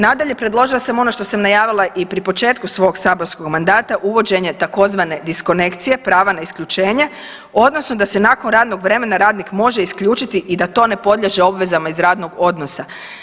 Nadalje, predložila sam ono što sam najavila i pri početku svog saborskog mandata, uvođenje tzv. diskonekcije prava na isključenje odnosno da se nakon radnog vremena radnik može isključiti i da to ne podliježe obvezama iz radnog odnosa.